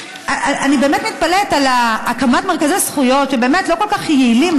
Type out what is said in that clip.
אני באמת מתפלאת על הקמת מרכזי זכויות שהם באמת לא כל כך יעילים,